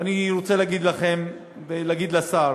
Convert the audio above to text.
ואני רוצה להגיד לכם ולהגיד לשר,